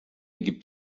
gibt